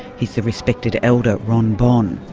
he's the respected elder ron bon.